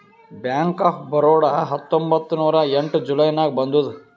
bank of Baroda ಹತ್ತೊಂಬತ್ತ್ ನೂರಾ ಎಂಟ ಜುಲೈ ನಾಗ್ ಬಂದುದ್